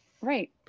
Right